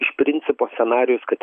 iš principo scenarijus kad